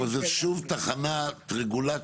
אבל זו שוב תחנת רגולציה,